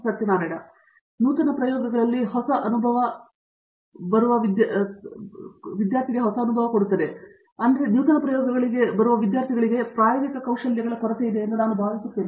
Satyanarayana N Gummadi ನೂತನ ಪ್ರಯೋಗಗಳಲ್ಲಿ ಹೊಸ ಅನುಭವ ಬರುವ ವಿದ್ಯಾರ್ಥಿಗೆ ಸಾಕಷ್ಟು ಪ್ರಾಯೋಗಿಕ ಕೌಶಲ್ಯಗಳ ಕೊರತೆಯಾಗಿವೆ ಎಂದು ನಾನು ಭಾವಿಸುತ್ತೇನೆ